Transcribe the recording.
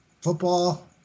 football